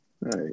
Right